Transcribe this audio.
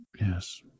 Yes